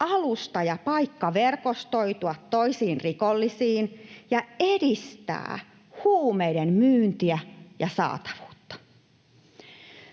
alusta ja paikka verkostoitua toisiin rikollisiin ja edistää huumeiden myyntiä ja saatavuutta.